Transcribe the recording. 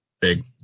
big